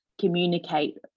communicate